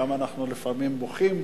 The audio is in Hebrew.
כמה אנחנו לפעמים בוכים,